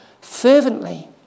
fervently